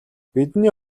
бидний